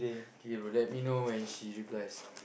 K bro let me know when she replies